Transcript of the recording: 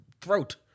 throat